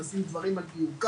אם נשים את הדברים על דיוקם.